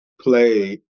play